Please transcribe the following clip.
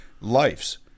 lives